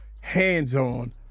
hands-on